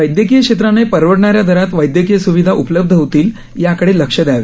वैदयकीय क्षेत्राने परवडणाऱ्या दरात वैदयकीय सुविधा उपलब्ध होतील याकडे लक्ष दयावे